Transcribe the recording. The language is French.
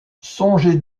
songez